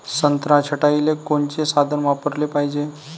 संत्रा छटाईले कोनचे साधन वापराले पाहिजे?